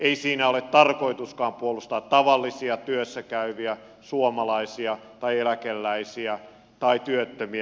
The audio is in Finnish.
ei siinä ole tarkoituskaan puolustaa tavallisia työssäkäyviä suomalaisia tai eläkeläisiä tai työttömiä